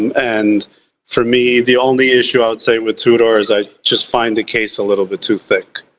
and for me, the only issue i'd say with tudor, is i just find the case a little bit too thick.